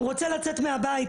הוא רוצה לצאת מהבית,